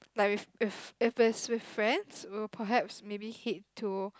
like with if if it's with friends we will perhaps maybe hit to